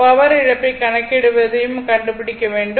power இழப்பைக் கணக்கிடுவதை கண்டுபிடிக்க வேண்டும்